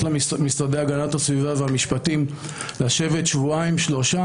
למשרדי הגנת הסביבה והמשפטים לשבת שבועיים-שלושה.